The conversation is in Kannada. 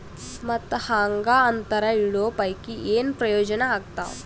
ಮತ್ತ್ ಹಾಂಗಾ ಅಂತರ ಇಡೋ ಪೈಕಿ, ಏನ್ ಪ್ರಯೋಜನ ಆಗ್ತಾದ?